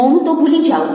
મૌન તો ભૂલી જાઓ